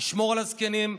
לשמור על הזקנים,